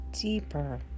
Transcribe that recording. deeper